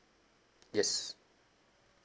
yes